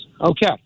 Okay